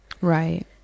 Right